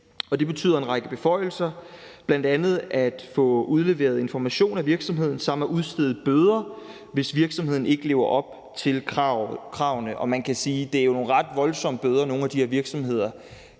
det betyder en række beføjelser: bl.a. at tilsynet kan få udleveret information af virksomheden, og at det kan udstede bøder, hvis virksomheden ikke lever op til kravene. Og man kan sige, at det er nogle ret voldsomme bøder, som nogle af de her virksomheder